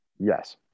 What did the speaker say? Yes